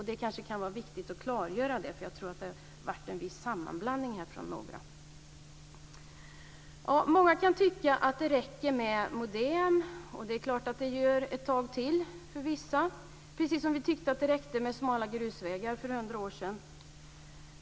Det är viktigt att klargöra detta, eftersom några här har gjort en viss sammanblandning. Många kan tycka att det räcker med modem, och det är klart att det gör ett tag till för vissa. Det är precis som när vi tyckte att det räckte med smala grusvägar för 100 år sedan.